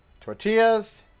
tortillas